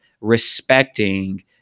respecting